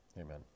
Amen